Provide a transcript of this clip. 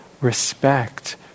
respect